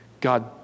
God